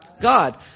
God